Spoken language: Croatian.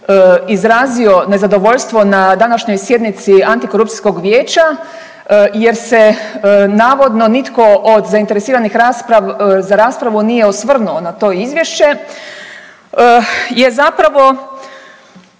izrazio nezadovoljstvo na današnjoj sjednici Antikorupcijskog vijeća jer se navodno nitko od zainteresiranih za raspravu nije osvrnuo na to izvješće je zapravo